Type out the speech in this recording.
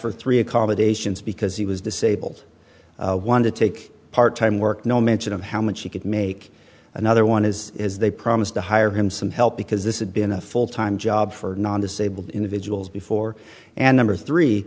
for three accommodations because he was disabled one to take part time work no mention of how much he could make another one is is they promise to hire him some help because this has been a full time job for non disabled individuals before and number three